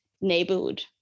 neighborhood